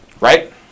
Right